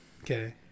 Okay